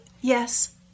Yes